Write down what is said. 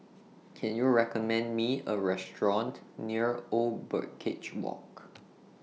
Can YOU recommend Me A Restaurant near Old Birdcage Walk